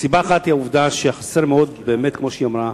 סיבה אחת היא העובדה, כמו שהיא אמרה,